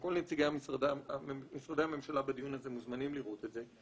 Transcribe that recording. וכל נציגי משרדי הממשלה בדיון הזה מוזמנים לראות את זה,